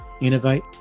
innovate